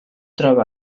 troba